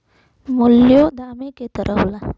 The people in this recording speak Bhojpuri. मूल्यों दामे क तरह होला